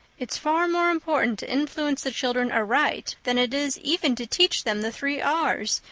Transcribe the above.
it's far more important to influence the children aright than it is even to teach them the three r's,